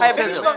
חייבים לשמוע.